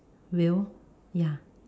wheel ya